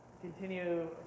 Continue